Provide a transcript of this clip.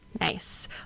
Nice